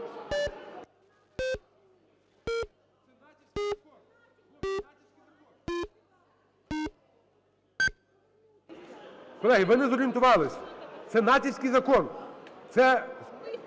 Колеги, ви не зорієнтувались, це натівський закон. Це